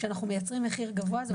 כשאנחנו מייצרים מחיר גבוה זה.